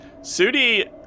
Sudi